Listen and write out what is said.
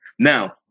Now